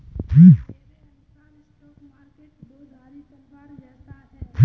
मेरे अनुसार stock market दो धारी तलवार जैसा है